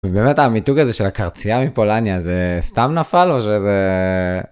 באמת המיתוג הזה של הקרצייה מפולניה זה סתם נפל או שזה